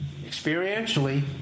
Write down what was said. experientially